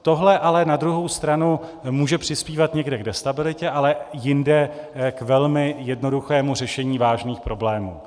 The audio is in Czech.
Tohle ale na druhou stranu může přispívat někde k destabilitě, ale jinde k velmi jednoduchému řešení vážných problémů.